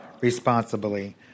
responsibly